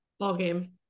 ballgame